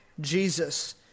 Jesus